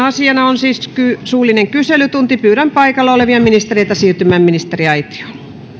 asiana on suullinen kyselytunti pyydän paikalla olevia ministereitä siirtymään ministeriaitioon